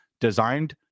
designed